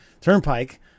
Turnpike